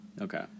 Okay